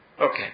Okay